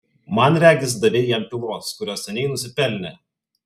man regis davei jam pylos kurios seniai nusipelnė